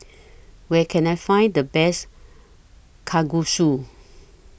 Where Can I Find The Best Kalguksu